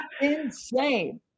insane